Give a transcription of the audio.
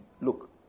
Look